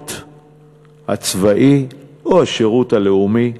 השירות הצבאי או השירות הלאומי,